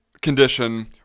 condition